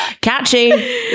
Catchy